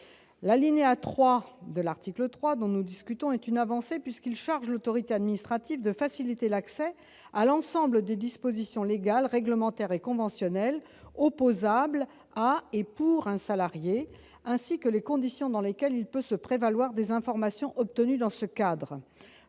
L'alinéa 3 de l'article 3 dont nous discutons constitue une avancée en ce qu'il charge l'autorité administrative de faciliter l'accès à l'ensemble des dispositions légales, réglementaires et conventionnelles opposables à un salarié et à son profit, ainsi que les conditions dans lesquelles ce dernier peut se prévaloir des informations obtenues dans ce cadre.